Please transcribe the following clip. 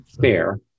fair